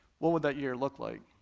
what would that year look like?